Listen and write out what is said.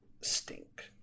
stink